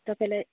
तपाईँलाई